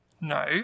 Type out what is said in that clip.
No